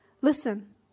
Listen